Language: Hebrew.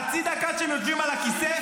חצי דקה שהם יושבים על הכיסא,